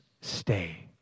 stay